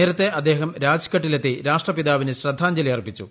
നേരത്തെ അദ്ദേഹം രാജ്ഘട്ടിലെത്തി രാഷ്ട്രപിതാവിന് ശ്രദ്ധാഞ്ജലി അർപ്പിച്ചു